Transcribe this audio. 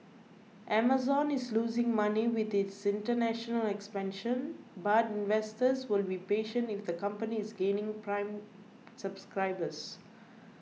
Amazon is losing money with its international expansion but investors will be patient if the company is gaining prime subscribers